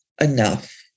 enough